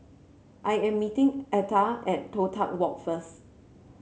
I am meeting Atha at Toh Tuck Walk first